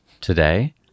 Today